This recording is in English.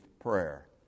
prayer